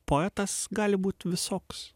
poetas gali būt visoks